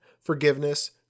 forgiveness